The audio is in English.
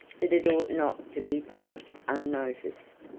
that it ought not to be passed unnoticed.